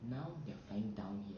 now they're flying down here